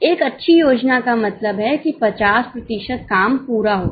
एक अच्छी योजना का मतलब है कि 50 प्रतिशत काम पूरा हो गया